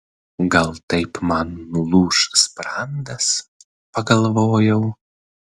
gal taip man nulūš sprandas pagalvojau